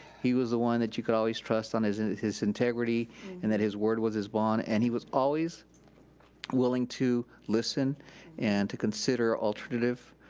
he was the one that you could always trust on his and his integrity and that his word was his bond, and he was always willing to listen and to consider alternative